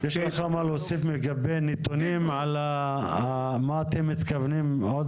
יש לך מה להוסיף לגבי נתונים על מה אתם מתכוונים עוד